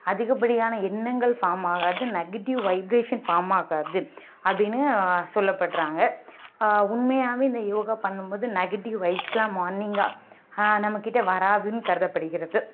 அதிகப்படியான எண்ணங்கள் ஃபாம் ஆகாது நெகட்டிவ் வைப்ரேஷன் ஃபாம் ஆகாது அப்படின்னு சொல்ல படுறாங்க உண்மையாவே இந்த யோகா பண்ணும் போது நெகட்டிவ் வைப்ஸ்லாம் மார்னிங்கா நம்மகிட்ட வராதுன்னு கருதப்படுகிறது